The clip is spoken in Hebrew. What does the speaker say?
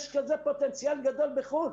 יש כזה פוטנציאל גדול בחוץ לארץ.